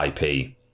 IP